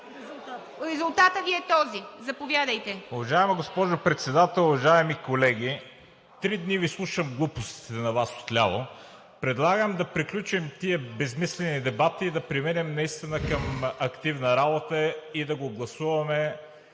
резултатът Ви е този. Заповядайте.